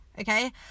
okay